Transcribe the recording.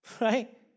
right